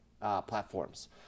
platforms